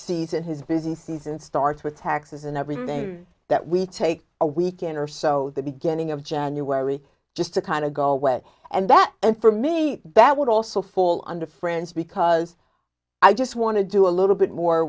season his busy season starts with taxes and everything that we take a weekend or so the beginning of january just to kind of go away and that and for me that would also fall under france because i just want to do a little bit more